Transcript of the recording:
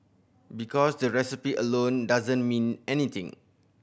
because the recipe alone doesn't mean anything